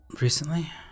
Recently